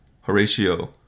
Horatio